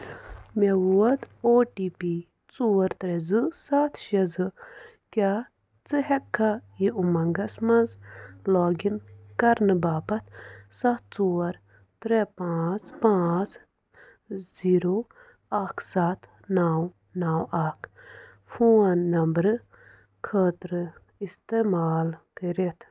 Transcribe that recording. مےٚ ووت O T P ژور ترٛےٚ زٕ سَتھ شےٚ زٕ کیٛاہ ژٕ ہیٚککھا یہِ اُمنٛگس مَنٛز لاگ اِن کرنہٕ باپتھ سَتھ ژور ترٛےٚ پانٛژھ پانٛژھ زیٖرو اَکھ سَتھ نَو نَو اکھ فون نمبرٕ خٲطرٕ استعمال کٔرِتھ